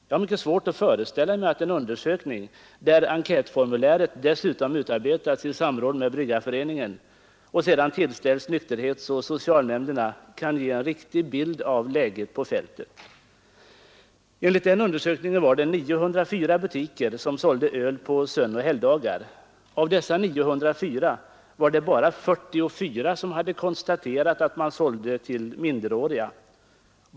Jag har mycket svårt att föreställa mig att en undersökning där enkätformuläret dessutom utarbetats i samråd med Bryggareföreningen och sedan tillställts nykterhetsoch socialnämnderna kan ge en riktig bild av läget på fältet. Enligt den undersökningen var det 904 butiker som sålde öl på sönoch helgdagar. Av dessa 904 var det bara 44 som sålde till minderåriga.